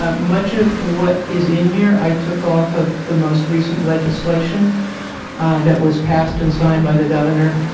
um much of what is in here i took off of the most recent legislation that was passed and signed by the governor